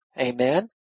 Amen